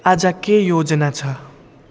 आज के योजना छ